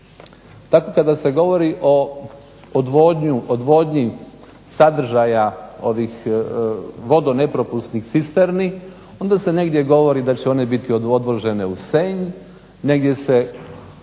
tako kada se govori o odvodnji sadržaja ovih vodonepropusnih cisterni onda se negdje govori da će one biti odvođene u Senj, negdje se